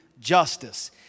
justice